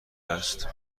است